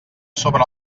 sobre